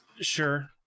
Sure